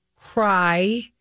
cry